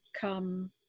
come